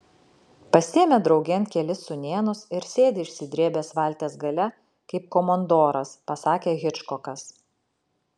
pasiėmė draugėn kelis sūnėnus ir sėdi išsidrėbęs valties gale kaip komandoras pasakė hičkokas